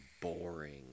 boring